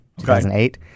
2008